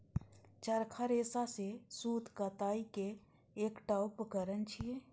चरखा रेशा सं सूत कताइ के एकटा उपकरण छियै